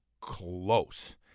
close